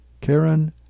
Karen